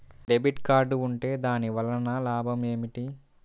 Debit card ఉంటే దాని వలన లాభం ఏమిటీ?